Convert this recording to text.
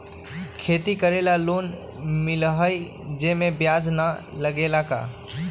खेती करे ला लोन मिलहई जे में ब्याज न लगेला का?